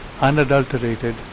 unadulterated